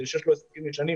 מי שיש לו הסכמים ישנים,